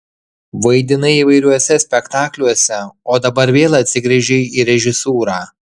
vaidinai įvairiuose spektakliuose o dabar vėl atsigręžei į režisūrą